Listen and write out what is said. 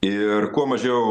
ir kuo mažiau